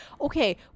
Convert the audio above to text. okay